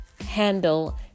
handle